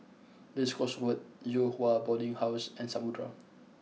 Race Course Road Yew Hua Boarding House and Samudera